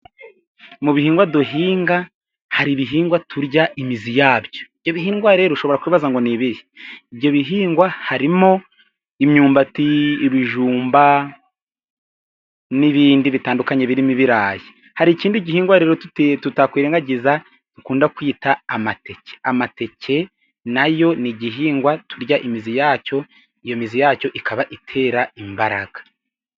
Mu bihingwa duhinga hari ibihingwa turya imizi yabyo. Ibyo bihingwa rero, ushobora kwibaza ngo ni ibihe? Ibyo bihingwa harimo imyumbati, ibijumba n'ibindi bitandukanye birimo ibirayi. Hari ikindi gihingwa rero tutakwirengagiza dukunda kwita amateke. Amateke na yo ni igihingwa turya imizi yacyo. Iyo mizi yacyo ikaba itera imbaraga.